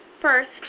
First